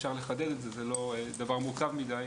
אפשר לחדד את זה, זה לא דבר מורכב מדי.